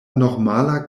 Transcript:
normala